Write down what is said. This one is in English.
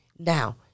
Now